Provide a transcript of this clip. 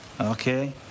Okay